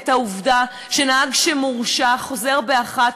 את העובדה שנהג שמורשע חוזר באחת.